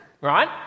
right